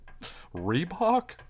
Reebok